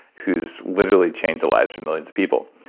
who's literally changed the lives of millions of people.